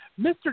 Mr